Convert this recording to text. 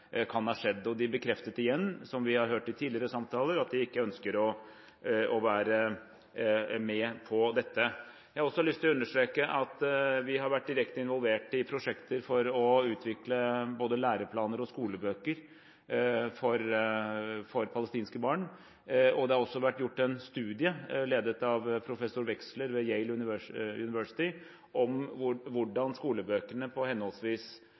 kan ha skjedd. De bekreftet igjen, som vi har hørt i tidligere samtaler, at de ikke ønsker å være med på dette. Jeg har lyst til å understreke at vi har vært direkte involvert i prosjekter for å utvikle både læreplaner og skolebøker for palestinske barn. Det har vært gjort en studie, ledet av professor Wexler ved Yale University, om hvordan skolebøkene på henholdsvis